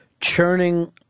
churning